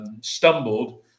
stumbled